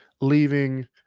leaving